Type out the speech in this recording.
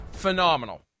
Phenomenal